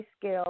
scale